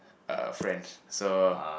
uh friends so